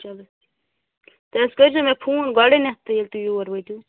چلو تُہۍ حظ کٔرۍ زیو مےٚ فون گۄڈٕنیٚتھ تہٕ ییٚلہِ تُہۍ یور وٲتِو